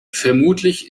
vermutlich